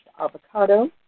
avocado